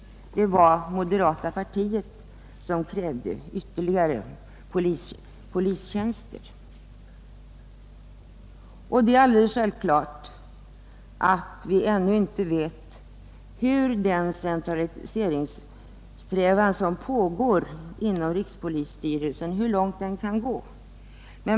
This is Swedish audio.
Det var moderata samlingspartiet som krävde ytterligare polistjänster. Vi vet ännu inte hur långt centraliseringssträvandena inom rikspolisstyrelsen kan föra.